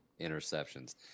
interceptions